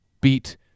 beat